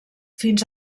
fins